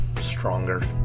stronger